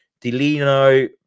Delino